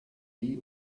die